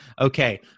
Okay